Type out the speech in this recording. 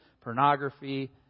pornography